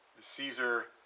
Caesar